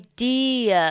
Idea